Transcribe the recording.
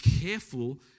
careful